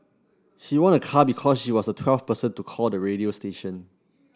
she won a car because she was the twelfth person to call the radio station